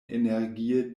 energie